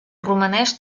romanès